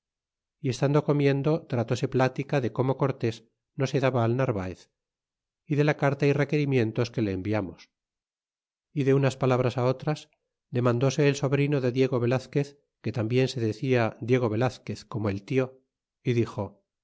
y estando comiendo tratóse plática de como cortés no se daba al narvaez y de la carta y requerimientos que le enviamos y de unas palabras otras desmandóse el sobrino de diego velazquez que tambien se decia diego velazquez como el tio y dixo